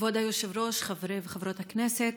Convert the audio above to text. כבוד היושב-ראש, חברי וחברות הכנסת,